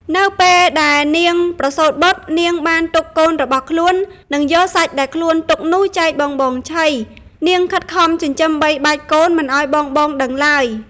នៅពេលដែលនាងប្រសូតបុត្រ នាងបានទុកកូនរបស់ខ្លួន និងយកសាច់ដែលខ្លួនទុកនោះចែកបងៗឆី នាងខិតខំចិញ្ចឹមបីបាច់កូនមិនឲ្យបងៗដឹងឡើយ។